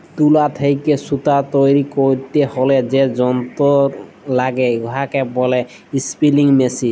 তুলা থ্যাইকে সুতা তৈরি ক্যইরতে হ্যলে যে যল্তর ল্যাগে উয়াকে ব্যলে ইস্পিলিং মেশীল